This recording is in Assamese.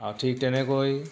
আৰু ঠিক তেনেকৈ